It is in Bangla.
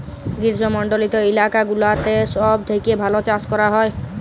গ্রীস্মমন্ডলিত এলাকা গুলাতে সব থেক্যে ভাল চাস ক্যরা হ্যয়